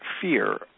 fear